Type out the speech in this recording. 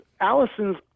Allison's